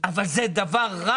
תן לי עכשיו לומר את מה שלי יש לומר.